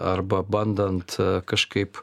arba bandant kažkaip